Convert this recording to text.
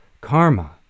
karma